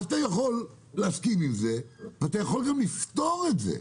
אתה יכול להסכים עם זה ואתה יכול גם לפתור את זה.